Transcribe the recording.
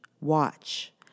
Watch